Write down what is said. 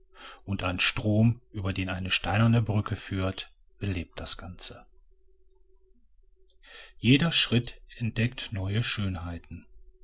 und ein strom über den eine steinerne brücke führt belebt das ganze jeder schritt entdeckt neue schönheiten